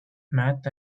math